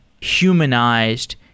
humanized